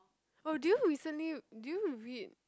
oh do you recently do you read